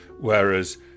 Whereas